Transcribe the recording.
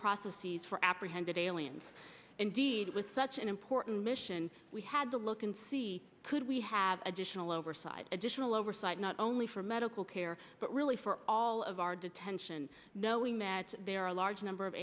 processes for apprehended aliens indeed it was such an important mission we had to look and see could we have additional oversight additional oversight not only for medical care but really for all of our detention knowing that there are a large number of